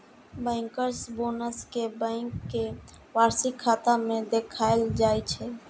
bankers bonus कें bank के वार्षिक खाता मे देखाएल जाइ छै